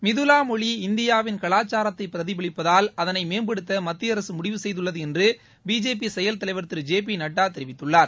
மிதுலா மொழி இந்தியாவின் கலாச்சாரத்தை பிரதிபலிப்பதால் அதனை மேம்படுத்த மத்திய அரசு முடிவு செய்துள்ளது என்று பிஜேபி செயல்தலைவர் திரு ஜே பி நட்டா தெரிவித்துள்ளார்